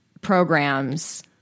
programs